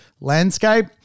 landscape